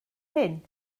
hyn